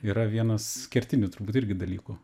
yra vienas kertinių turbūt irgi dalykų